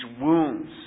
wounds